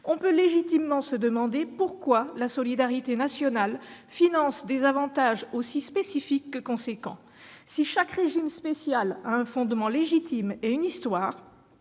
On peut légitimement se demander pourquoi la solidarité nationale finance des avantages aussi spécifiques que substantiels. Si chaque régime spécial a un fondement légitime et une histoire,